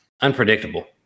unpredictable